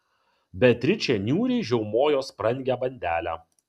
beatričė niūriai žiaumojo sprangią bandelę